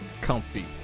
comfy